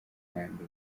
nkambi